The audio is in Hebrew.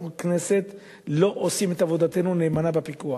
אנחנו בכנסת לא עושים את עבודתנו נאמנה בפיקוח.